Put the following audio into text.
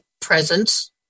presence